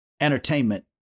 entertainment